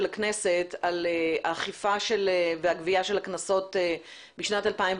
הכנסת על האכיפה והגבייה של הקנסות בשנת 2019,